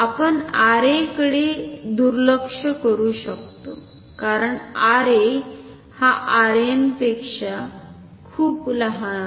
आपण RA कडे दुर्लक्ष करू शकतो कारण RA हा Rn पेक्शा खुप लहान आहे